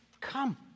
come